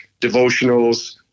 devotionals